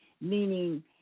meaning